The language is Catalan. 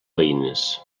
veïnes